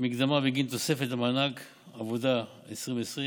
אדוני היושב-ראש,